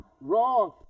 wrong